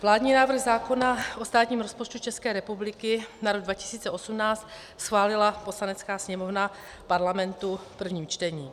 Vládní návrh zákona o státním rozpočtu České republiky na rok 2018 schválila Poslanecká sněmovna Parlamentu v prvním čtení.